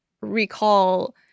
recall